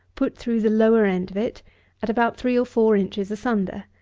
put through the lower end of it at about three or four inches asunder,